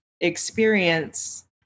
experience